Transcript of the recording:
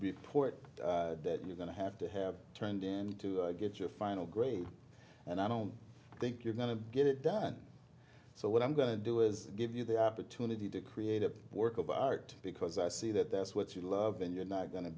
report that you're going to have to have turned in to get your final grade and i don't think you're going to get it done so what i'm going to do is give you the opportunity to create a work of art because i see that that's what you love then you're not go